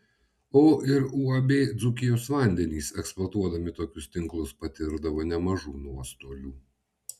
o ir uab dzūkijos vandenys eksploatuodami tokius tinklus patirdavo nemažų nuostolių